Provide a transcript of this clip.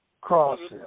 crossing